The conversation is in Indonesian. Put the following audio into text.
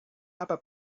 apa